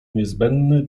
niezbędny